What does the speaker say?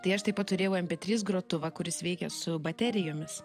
tai aš taip pat turėjau mp trys grotuvą kuris veikė su baterijomis